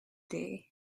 day